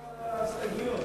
להשיב על ההסתייגויות.